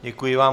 Děkuji vám.